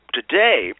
today